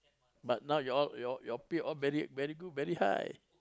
but now you all you all you all pay all very very good very high